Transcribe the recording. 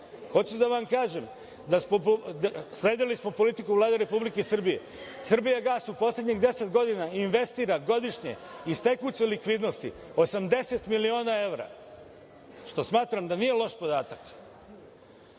da vam kažem da smo sledili politiku Vlade Republike Srbije. „Srbijagas“ u poslednjih deset godina investira godišnje iz tekuće likvidnosti 80.000.000 evra, što smatram da nije loš podatak. Tu